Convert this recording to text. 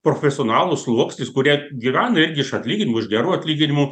profesionalų sluoksnis kurie gyvena irgi iš atlyginimų iš gerų atlyginimų